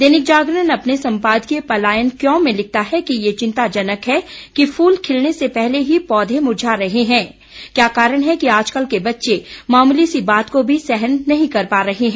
दैनिक जागरण अपने सम्पादकीय पलायन क्यों में लिखता है कि ये चितांजनक है कि फूल खिलने से पहले ही पौधे मुरझा रहे हैं क्या कारण है कि आजकल के बच्चे मामूली सी बात को भी सहन नहीं कर पा रहें हैं